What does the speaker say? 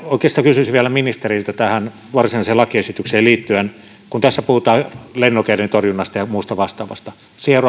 oikeastaan kysyisin vielä ministeriltä tähän varsinaiseen lakiesitykseen liittyen kun tässä puhutaan lennokeiden torjunnasta ja muusta vastaavasta